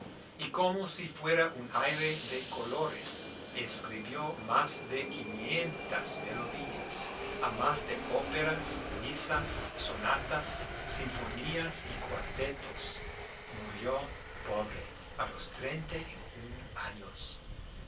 y como si fuera un aire de colores escribió más de quinientas melodías a más de óperas misas sonatas sinfonías y cuartetos murió pobre a los treinta y un años